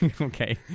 Okay